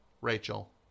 Rachel